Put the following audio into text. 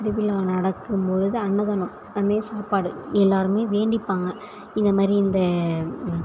திருவிழா நடக்கும்பொழுது அன்னதானம் அது மாரி சாப்பாடு எல்லோருமே வேண்டிப்பாங்க இந்த மாரி இந்த